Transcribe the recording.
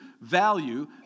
value